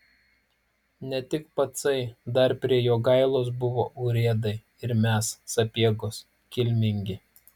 ne tik pacai dar prie jogailos buvo urėdai ir mes sapiegos kilmingi